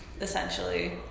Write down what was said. essentially